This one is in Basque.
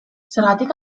zergatik